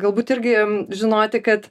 galbūt irgi žinoti kad